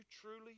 truly